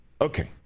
Okay